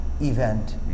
event